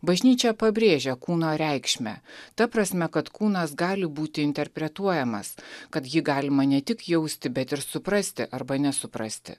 bažnyčia pabrėžia kūno reikšmę ta prasme kad kūnas gali būti interpretuojamas kad jį galima ne tik jausti bet ir suprasti arba nesuprasti